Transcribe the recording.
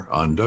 on